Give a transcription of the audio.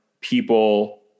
people